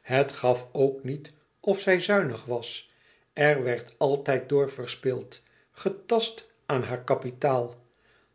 het gaf ook niet of zij zuinig was er werd altijd door verspild getast aan het kapitaal